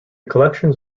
collections